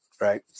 right